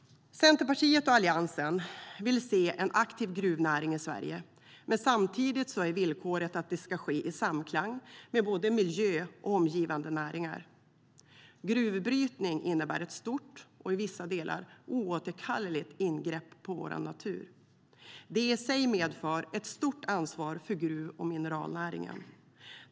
Centerpartiet och Alliansen vill se en aktiv gruvnäring i Sverige. Samtidigt är villkoret att det ska ske i samklang med både miljö och omgivande näringar. Gruvbrytning innebär ett stort och i vissa delar oåterkalleligt ingrepp i vår natur. Det i sig medför ett stort ansvar för gruv och mineralnäringen.